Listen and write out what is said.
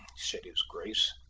said his grace.